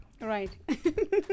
Right